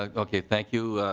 ah okay thank you.